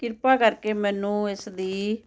ਕਿਰਪਾ ਕਰਕੇ ਮੈਨੂੰ ਇਸਦੀ